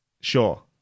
Sure